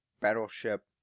Battleship